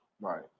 Right